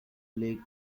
lake